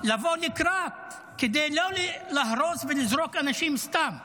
לבוא לקראת, כדי לא להרוס ולזרוק סתם אנשים.